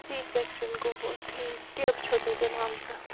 C section گوٚوٕ ٹھیٖک ٹیبہٕ چھَو تۅہہِ تیٚلہِ آمژٕ